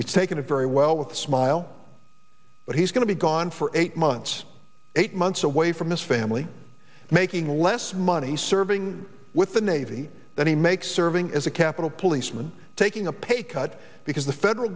it's taking it very well with a smile but he's going to be gone for eight months eight months away from his family making less money serving with the navy that he makes serving as a capitol policeman taking a pay cut because the federal